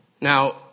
Now